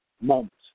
moments